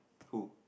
who